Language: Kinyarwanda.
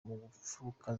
mfuruka